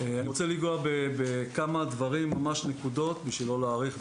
אני רוצה לגעת בכמה דברים בקצרה בשביל לא להאריך.